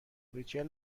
ریچل